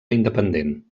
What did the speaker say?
independent